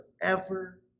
forever